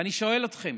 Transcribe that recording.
ואני שואל אתכם: